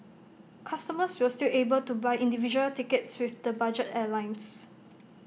customers will still be able to buy individual tickets with the budget airlines